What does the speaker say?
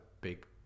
big